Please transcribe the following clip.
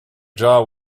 jaw